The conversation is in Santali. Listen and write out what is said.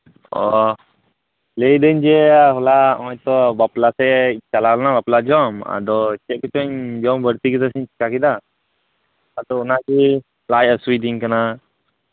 ᱚ ᱞᱟᱹᱭ ᱫᱟᱹᱧ ᱡᱮ ᱦᱚᱞᱟ ᱚᱭ ᱛᱚ ᱵᱟᱯᱞᱟ ᱛᱤᱧ ᱪᱟᱞᱟᱣ ᱞᱮᱱᱟ ᱵᱟᱯᱞᱟ ᱡᱚᱢ ᱟᱫᱚ ᱪᱮᱫ ᱠᱚᱪᱚᱧ ᱡᱚᱢ ᱵᱟᱲᱛᱤ ᱠᱟᱫᱟ ᱥᱮᱧ ᱪᱤᱠᱟ ᱠᱮᱫᱟ ᱟᱫᱚ ᱚᱱᱟᱛᱮ ᱞᱟᱡ ᱦᱟᱥᱩ ᱤᱫᱤᱧ ᱠᱟᱱᱟ